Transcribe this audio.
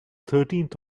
thirteenth